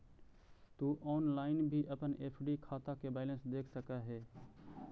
तु ऑनलाइन भी अपन एफ.डी खाता के बैलेंस देख सकऽ हे